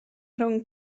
rhwng